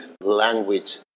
language